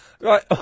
Right